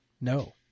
No